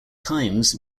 times